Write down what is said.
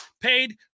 paid